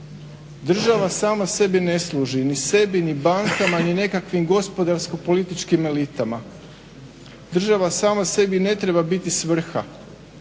Država sama sebi ne služi, ni sebi, ni bankama, ni nekakvim gospodarsko-političkim elitama. Država sama sebi ne treba biti svrha,